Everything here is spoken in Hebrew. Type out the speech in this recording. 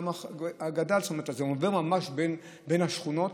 הוא עובר ממש בין השכונות.